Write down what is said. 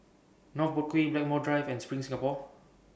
North Boat Quay Blackmore Drive and SPRING Singapore